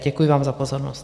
Děkuji vám za pozornost.